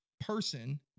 person